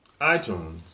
iTunes